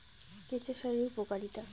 কেঁচো সারের উপকারিতা?